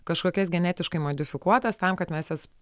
kažkokias genetiškai modifikuotas tam kad mes jas